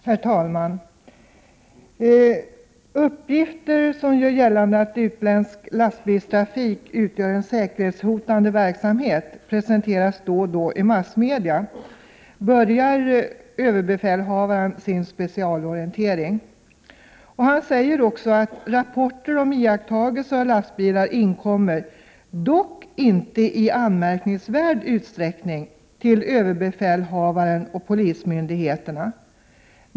Herr talman! Uppgifter som gör gällande att utländsk lastbilstrafik utgör en säkerhetshotande verksamhet presenteras då och då i massmedia — så börjar överbefälhavaren sin specialorientering. Han säger också att rapporter om iakttagelser av lastbilar inkommer, dock inte i anmärkningsvärd utsträckning, till överbefälhavaren och polismyndigheterna.